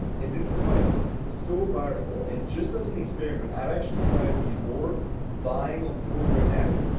and this is why it's so powerful. and just as an experiment i've actually tried before buying on programmatic.